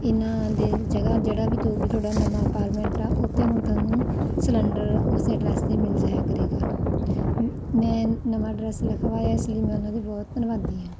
ਇਹਨਾਂ ਦੀ ਜਗ੍ਹਾ ਜਿਹੜਾ ਵੀ ਤੂੰ ਵੀ ਤੁਹਾਡਾ ਨਵਾਂ ਅਪਾਰਮੈਂਟ ਆ ਉੱਥੇ ਹੁਣ ਤੁਹਾਨੂੰ ਸਿਲੰਡਰ ਉਸੇ ਐਡਰੈਸ 'ਤੇ ਮਿਲ ਜਾਇਆ ਕਰੇਗਾ ਮੈਂ ਨਵਾਂ ਡਰੈਸ ਲਿਖਵਾਇਆ ਇਸ ਲਈ ਮੈਂ ਉਹਨਾਂ ਦੀ ਬਹੁਤ ਧੰਨਵਾਦੀ ਹਾਂ